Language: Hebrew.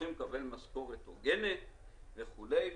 לקבל משכורת הוגנת וכולי.